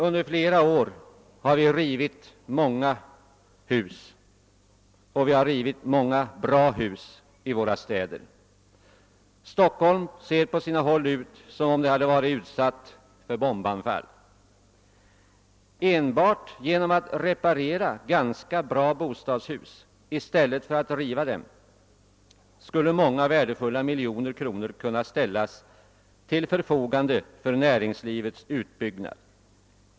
Under flera år har det rivits många hus och många bra hus i våra städer. Stockholm ser på sina håll ut som om staden hade varit utsatt för bombanfall. Enbart genom att reparera bostadshus i stället för att riva dem skulle många värdefulla miljoner kronor kunna ställas till förfogande för näringslivets investeringar.